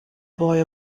boy